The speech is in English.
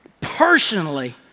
personally